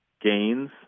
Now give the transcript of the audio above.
gains